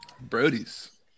Brody's